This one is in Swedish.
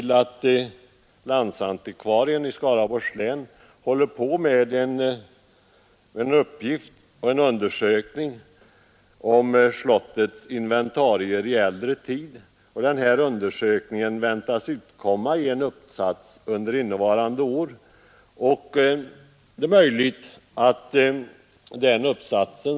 Landsantikvarien håller på med en undersökning om slottets inventarier i äldre tid, och resultatet av undersökningen väntas under innevarande år publiceras i en uppsats.